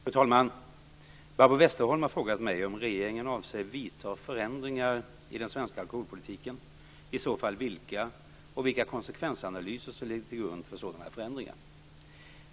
Fru talman! Barbro Westerholm har frågat mig om regeringen avser att vidta förändringar i den svenska alkoholpolitiken och i så fall vilka samt vilka konsekvensanalyser som ligger till grund för sådana förändringar.